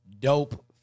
dope